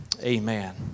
Amen